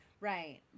Right